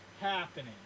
happening